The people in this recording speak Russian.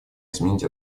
изменить